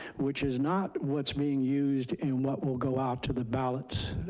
which is not what's being used and what will go out to the ballots,